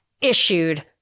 issued